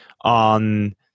on